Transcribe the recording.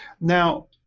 Now